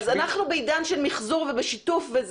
אנחנו בעידן של מיחזור ושיתוף.